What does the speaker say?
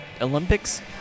Olympics